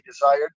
desired